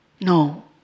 No